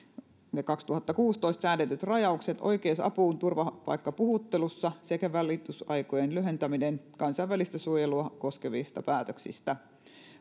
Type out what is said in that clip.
kautta kaksituhattakuusitoista säädetyt rajaukset oikeusapuun turvapaikkapuhuttelussa sekä valitusaikojen lyhentäminen kansainvälistä suojelua koskevista päätöksistä